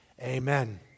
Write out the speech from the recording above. Amen